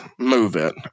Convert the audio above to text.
MoveIt